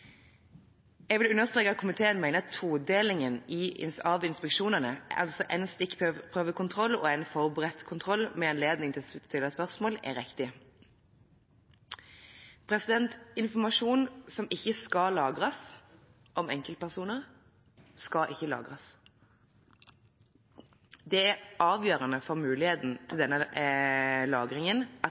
Jeg vil understreke at komiteen mener todelingen av inspeksjonen, en stikkprøvekontroll og en forberedt kontroll med anledning til å stille spørsmål, er riktig. Informasjon om enkeltpersoner som ikke skal lagres, skal ikke lagres. Det er avgjørende for muligheten til denne lagringen at